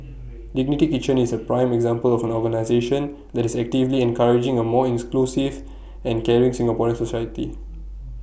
dignity kitchen is A prime example of an organisation that is actively encouraging A more inclusive and caring Singaporean society